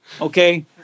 okay